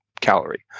calorie